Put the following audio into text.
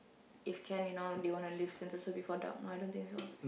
if can you know they wanna leave Sentosa before dark but I don't think so